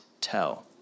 tell